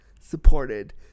supported